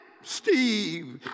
Steve